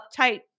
uptight